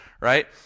right